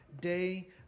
day